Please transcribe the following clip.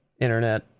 Internet